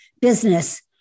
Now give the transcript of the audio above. business